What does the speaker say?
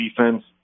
defense